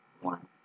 one